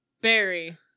Barry